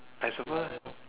I suppose